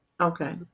Okay